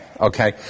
okay